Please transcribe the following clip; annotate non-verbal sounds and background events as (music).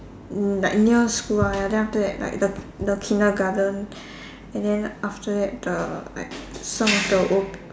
mm like near school ah then after that the the kindergarten (breath) and then after that the like some of the old